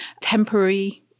temporary